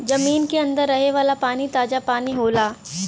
जमीन के अंदर रहे वाला पानी ताजा पानी होला